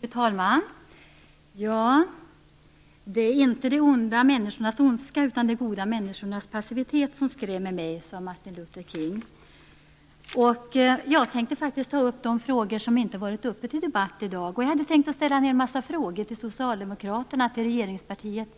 Fru talman! Det är inte de onda människornas ondska utan de goda människornas passivitet som skrämmer mig, sade Martin Luther King. Jag tänker faktiskt ta upp frågor som inte varit uppe till debatt i dag. Jag hade tänkt ställa en hel massa frågor till socialdemokraterna i regeringspartiet,